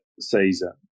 season